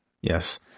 Yes